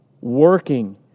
working